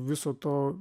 viso to